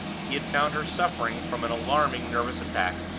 he had found her suffering from an alarming nervous attack,